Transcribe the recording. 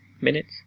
minutes